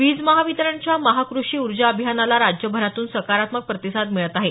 वीज महावितरणच्या महाकृषी ऊर्जा अभियानाला राज्यभरातून सकारात्मक प्रतिसाद मिळत आहे